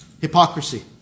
Hypocrisy